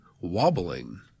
wobbling